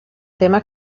tema